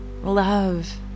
love